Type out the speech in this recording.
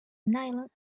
nylon